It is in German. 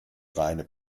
reine